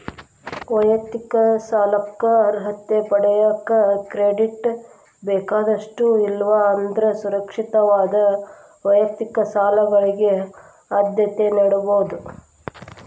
ವೈಯಕ್ತಿಕ ಸಾಲಕ್ಕ ಅರ್ಹತೆ ಪಡೆಯಕ ಕ್ರೆಡಿಟ್ ಬೇಕಾದಷ್ಟ ಇಲ್ಲಾ ಅಂದ್ರ ಸುರಕ್ಷಿತವಾದ ವೈಯಕ್ತಿಕ ಸಾಲಗಳಿಗೆ ಆದ್ಯತೆ ನೇಡಬೋದ್